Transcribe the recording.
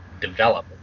develop